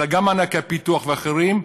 אלא גם מענקי פיתוח ואחרים,